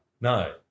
No